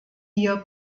hier